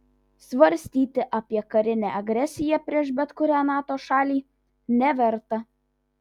svarstyti apie karinę agresiją prieš bet kurią nato šalį neverta